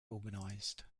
organized